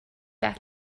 back